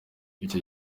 icyo